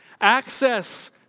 access